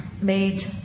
made